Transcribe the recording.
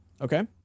Okay